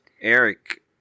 Eric